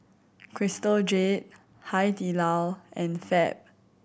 Crystal Jade Hai Di Lao and Fab